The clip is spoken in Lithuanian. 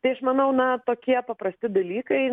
tai aš manau na tokie paprasti dalykai